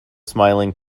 smiling